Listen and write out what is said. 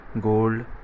gold